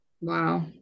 Wow